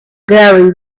gary